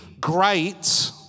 great